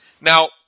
Now